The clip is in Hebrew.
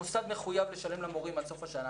המוסד מחויב לשלם למורים עד סוף השנה